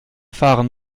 fahren